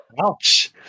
Ouch